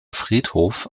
friedhof